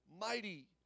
mighty